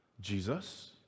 Jesus